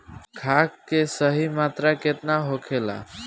खाद्य के सही मात्रा केतना होखेला?